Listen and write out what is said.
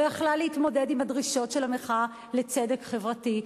לא יכולה להתמודד עם הדרישות של המחאה לצדק חברתי.